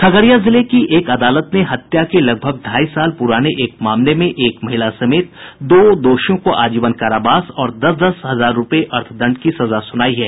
खगड़िया जिले की एक अदालत ने हत्या के लगभग ढ़ाई साल पुराने एक मामले में एक महिला समेत दो दोषियों को आजीवन कारावास और दस दस हजार रूपये अर्थदंड की सजा सुनाई है